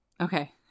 Okay